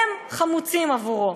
הם חמוצים עבורו.